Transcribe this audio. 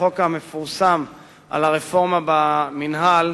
בחוק המפורסם על הרפורמה במינהל,